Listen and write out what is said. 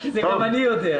את זה גם אני יודע,